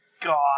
God